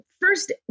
first